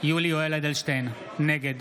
יולי יואל אדלשטיין, נגד